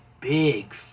big